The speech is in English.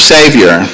Savior